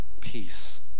Peace